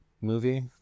movie